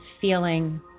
feeling